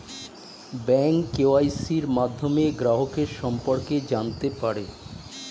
bank কেওয়াইসির মাধ্যমে গ্রাহকের সম্পর্কে জানতে পারে